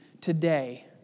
today